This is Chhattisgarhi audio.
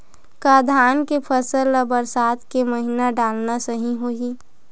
का धान के फसल ल बरसात के महिना डालना सही होही?